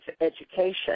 education